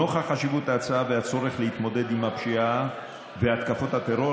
נוכח חשיבות ההצעה והצורך להתמודד עם הפשיעה והתקפות הטרור,